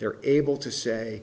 they're able to say